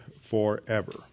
forever